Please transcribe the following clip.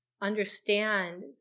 understand